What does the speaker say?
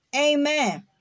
Amen